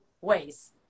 ways